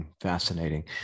Fascinating